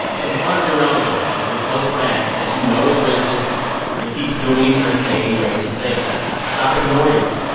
confront your relative or your close friend that you know is racist and keeps doing and saying racist things. stop ignoring it.